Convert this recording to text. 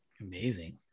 Amazing